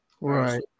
Right